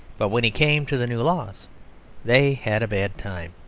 but when he came to the new laws they had a bad time.